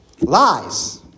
Lies